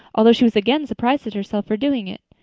although she was again surprised at herself for doing it.